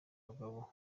bagabo